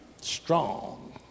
strong